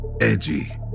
Edgy